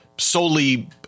solely